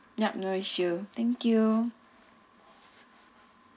yup no issue thank you